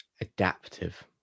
adaptive